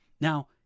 Now